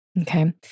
Okay